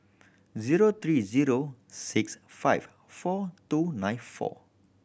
zero three zero six five four two nine four